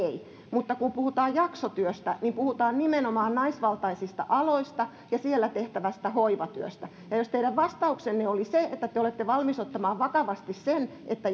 mutta kun puhutaan jaksotyöstä niin puhutaan nimenomaan naisvaltaisista aloista ja siellä tehtävästä hoivatyöstä jos teidän vastauksenne oli se että te olette valmis ottamaan vakavasti sen että